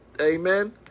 Amen